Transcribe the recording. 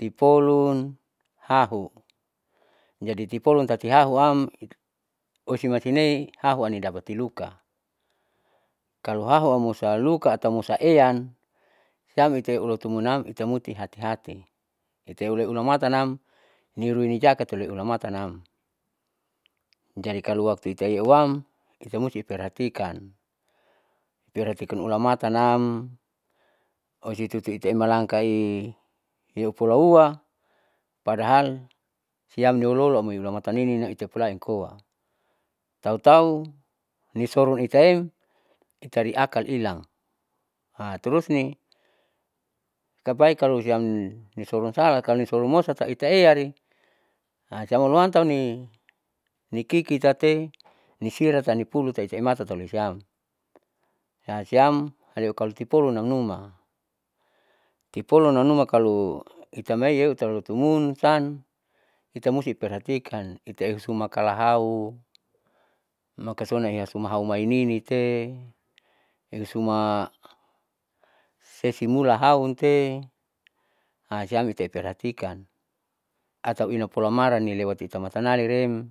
tipolun hahu jadi tipolun tati hahuam osimaisinei hahu nidapati luka kalo hahu amosa luka atau musaean siam itelotumunam itemusti hati hati iteu ulamatanam nirui nijaga tahu ulamatan, jadi kalo waktu itaeuam itamusti iperhatikan perhatikan ulamatanam ositutuita emalangkai yeupulaua padahal siam niolaola niulamatan nininam itapulain koa tahu tahu nisorun itaem itari akal ilam terus ini kabaik kalosiam nisorun sala, kalo nisorun nimosa tahu itaeari siam olunam tauni nikikitate nisiram nanipulu siem matatuolisiam siam leu kalo tipolun namnuma tipolun namnuma kalo itamayeu talotumun ytan itamusti iperhatikan iatesuma kalahau, makasona iasuma aumaininite ihusuma sesimula haunte siam itae perhatikan atau ina polamara nilewat itamatanali riem.